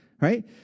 right